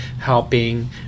helping